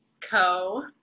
Co